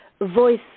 voice